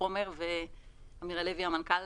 תודה לאמיר הלוי המנכ"ל.